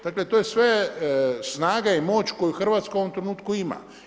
Dakle, to je sve snaga i moć koju Hrvatska u ovom trenutku ima.